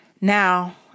Now